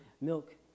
milk